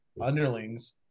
underlings